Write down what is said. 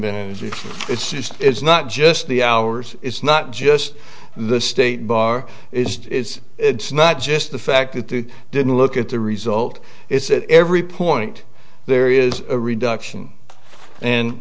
and it's just it's not just the hours it's not just the state bar it's it's not just the fact that they didn't look at the result is that every point there is a reduction